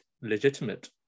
legitimate